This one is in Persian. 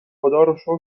خداروشکر